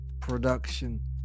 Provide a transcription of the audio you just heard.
production